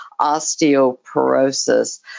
osteoporosis